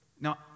Now